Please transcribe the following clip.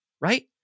right